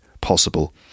possible